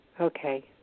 Okay